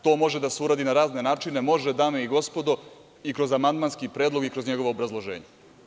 To može da se uradi na razne načine, može dame i gospodo i kroz amandmanski predlog i kroz njegovo obrazloženje.